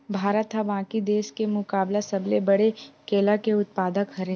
भारत हा बाकि देस के मुकाबला सबले बड़े केला के उत्पादक हरे